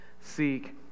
seek